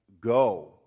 go